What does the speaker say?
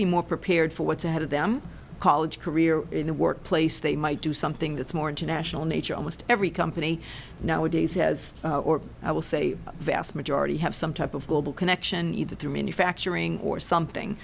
be more prepared for what's ahead of them college career in the workplace they might do something that's more international in nature almost every company nowadays has or i will say vast majority have some type of global connection either through manufacturing or something